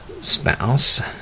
spouse